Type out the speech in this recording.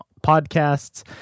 podcasts